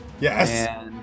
Yes